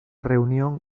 reunión